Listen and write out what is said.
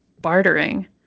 bartering